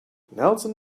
nelson